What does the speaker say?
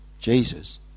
Jesus